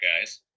guys